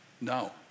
No